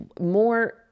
more